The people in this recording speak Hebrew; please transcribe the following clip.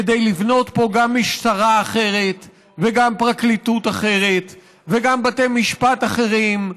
כדי לבנות פה גם משטרה אחרת וגם פרקליטות אחרת וגם בתי משפט אחרים,